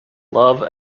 love